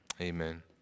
Amen